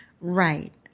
Right